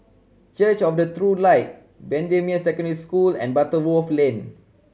church of the Light Bendemeer Secondary School and Butterworth Lane